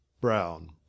brown